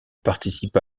participa